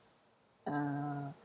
uh